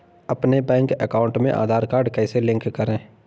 अपने bank account में Aadhaar card कैसे लिंक करें?